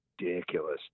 ridiculous